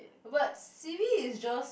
but C_B is just